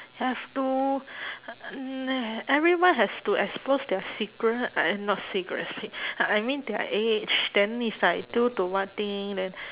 have to mm everyone has to expose their secret I I mean not secret I mean their age then it's like due to one thing then